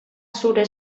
zure